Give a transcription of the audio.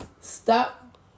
Stop